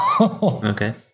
Okay